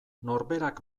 norberak